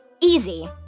Easy